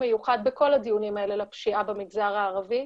מיוחד בכל הדיונים האלה לפשיעה במגזר הערבי.